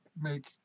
make